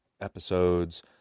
episodes